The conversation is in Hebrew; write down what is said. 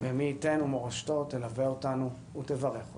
ומי ייתן ומורשתו תלווה אותנו ותברך אותנו.